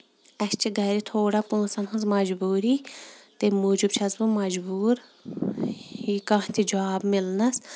اَسہِ چھِ گرِ تھوڑا پونٛسن ہنٛز مَجبوٗری تَمہِ موٗجوٗب چھَس بہٕ مجبوٗر یہِ کانٛہہ تہِ جاب مِلنَس